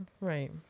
Right